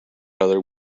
other